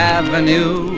avenue